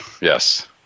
yes